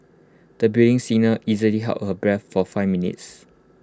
the budding singer easily held her breath for five minutes